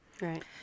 Right